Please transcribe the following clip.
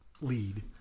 lead